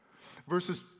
Verses